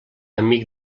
amic